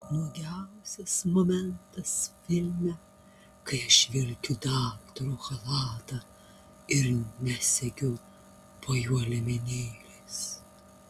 nuogiausias momentas filme kai aš vilkiu daktaro chalatą ir nesegiu po juo liemenėlės